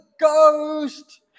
ghost